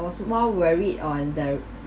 I was more worried on the